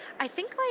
i think like